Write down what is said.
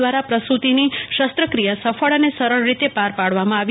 દ્વ ર પ્રસુતિની શસ્ત્રક્રિય સફળ અને સરળ રીતે પ ર કરવ મં આવી